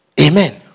Amen